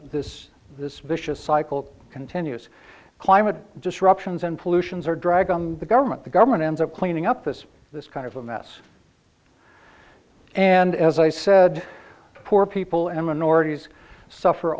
this this vicious cycle continues climate disruptions and pollutions are drag on the government the government ends up cleaning up this this kind of a mess and as i said poor people and minorities suffer